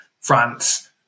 france